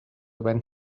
went